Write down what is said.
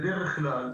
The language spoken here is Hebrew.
בדרך כלל,